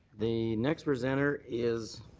the next presenter is